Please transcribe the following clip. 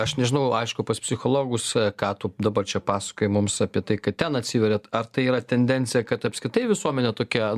aš nežinau aišku pas psichologus ką tu dabar čia pasakoji mums apie tai kai ten atsiveriat ar tai yra tendencija kad apskritai visuomenė tokia